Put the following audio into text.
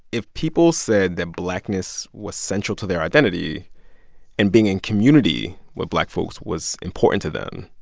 if people said that blackness was central to their identity and being in community with black folks was important to them,